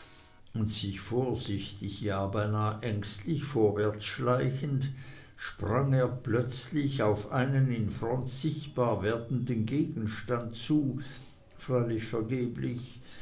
und sich vorsichtig ja beinahe ängstlich vorwärts schleichend sprang er plötzlich auf einen in front sichtbar werdenden gegenstand zu freilich vergeblich